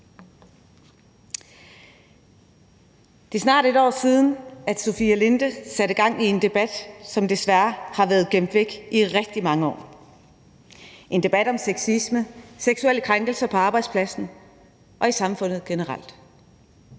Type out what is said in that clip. Det er snart et år siden, Sofie Linde satte gang i en debat, som desværre har været gemt væk i rigtig mange år. Det er en debat om sexisme og seksuelle krænkelser på arbejdspladsen og i samfundet generelt.